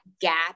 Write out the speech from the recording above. gap